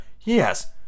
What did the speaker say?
yes